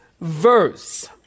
verse